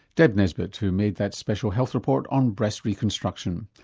deb nesbitt, who made that special health report on breast reconstruction.